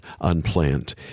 Unplanned